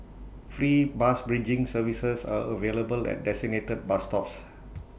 free bus bridging services are available at designated bus stops